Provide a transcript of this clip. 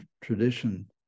tradition